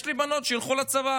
יש לי בנות שילכו לצבא